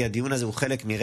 הוא צריך להיות